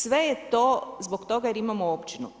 Sve je to zbog toga jer imamo općinu.